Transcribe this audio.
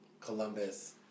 Columbus